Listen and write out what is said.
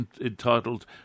entitled